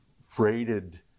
freighted